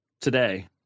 today